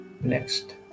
next